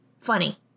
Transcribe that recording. funny